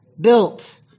built